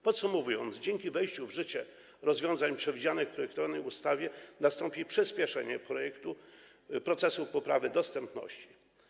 Podsumowując: dzięki wejściu w życie rozwiązań przewidzianych w projektowanej ustawie nastąpi przyspieszenie procesu poprawy dostępności.